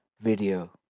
video